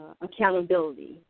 accountability